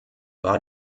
war